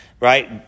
Right